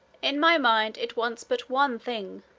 in my mind it wants but one thing.